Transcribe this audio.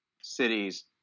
cities